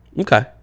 Okay